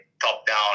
top-down